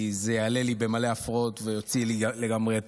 כי זה יעלה לי במלא הפרעות ויוציא אותי לגמרי,